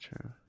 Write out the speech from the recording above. true